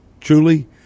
truly